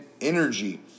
energy